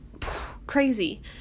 Crazy